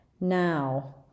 now